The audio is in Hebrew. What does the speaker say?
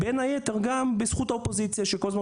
בין היתר גם בזכות האופוזיציה שכל הזמן